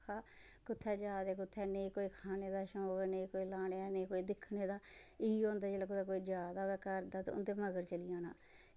कुत्थै जा दे कुत्थै नेंई कोई खाने दा शौक नी कोई लाने दा नी कोई दिक्खने दा इयो होंदा जिसलै कोई कुदै जा दा होऐ घर दा ते उंदै नगर चली जाना